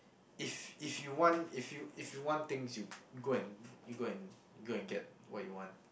if if you want if you if you want things you go and you go and you go and get what you want